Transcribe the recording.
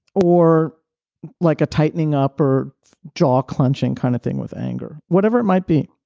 or like a tightening up or jaw clenching kind of thing with anger, whatever it might be.